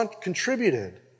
contributed